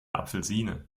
apfelsine